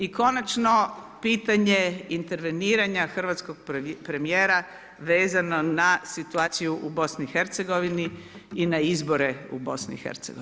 I konačno pitanje interveniranja hrvatskog premijera vezano na situaciju u BiH i na izbore u BiH.